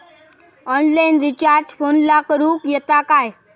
Online recharge फोनला करूक येता काय?